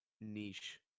niche